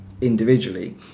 individually